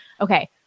Okay